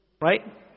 Right